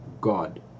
God